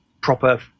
proper